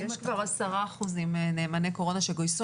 יש כבר עשרה אחוזים נאמני קורונה שגויסו.